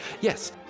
Yes